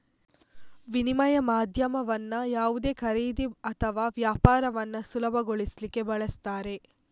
ವಿನಿಮಯ ಮಾಧ್ಯಮವನ್ನ ಯಾವುದೇ ಖರೀದಿ ಅಥವಾ ವ್ಯಾಪಾರವನ್ನ ಸುಲಭಗೊಳಿಸ್ಲಿಕ್ಕೆ ಬಳಸ್ತಾರೆ